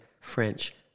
French